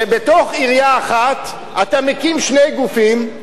שבתוך עירייה אחת אתה מקים שני גופים,